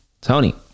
Tony